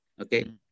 Okay